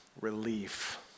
relief